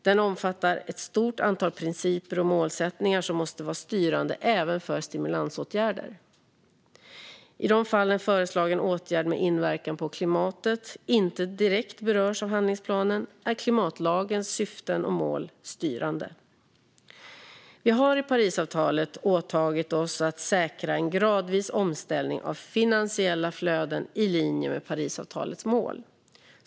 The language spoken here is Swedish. Den omfattar ett stort antal principer och målsättningar som måste vara styrande även för stimulansåtgärder. I de fall en föreslagen åtgärd med inverkan på klimatet inte direkt berörs av handlingsplanen är klimatlagens syften och mål styrande. Vi har i Parisavtalet åtagit oss att säkra en gradvis omställning av finansiella flöden i linje med Parisavtalets mål.